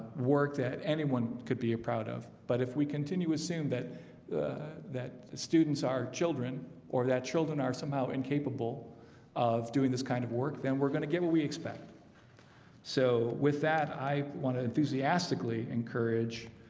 work that anyone could be a proud of but if we continue assume that that students are children or that children are somehow incapable of doing this kind of work. then we're going to get what we expect so with that i want to enthusiastically encourage